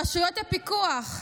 רשויות הפיקוח,